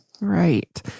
Right